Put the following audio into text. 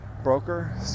Broker